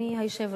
אדוני היושב-ראש,